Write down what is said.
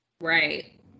Right